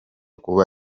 kuba